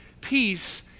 peace